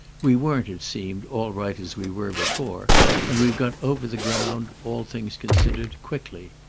we weren't, it seemed, all right as we were before and we've got over the ground, all things considered, quickly.